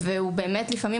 לפעמים,